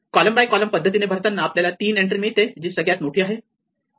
column by column पद्धतीने भरतांना आपल्याला 3 एन्ट्री मिळते जी सगळ्यात मोठी आहे